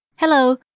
Hello